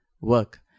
work